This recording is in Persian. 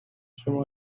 شما